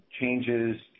changes